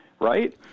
right